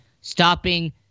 stopping